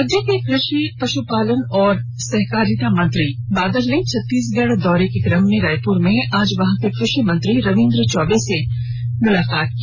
राज्य कृषि पश्पालन एवं सहकारिता मंत्री बादल ने छत्तीसगढ़ दौरे के कम में रायप्र में आज वहां के कृषि मंत्री रविंद्र चौबे से उनके आवास जाकर मुलाकात की